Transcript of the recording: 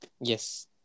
Yes